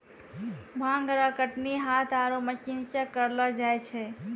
भांग रो कटनी हाथ आरु मशीन से करलो जाय छै